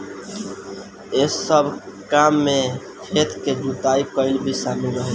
एह सब काम में खेत के जुताई कईल भी शामिल रहेला